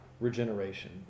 regeneration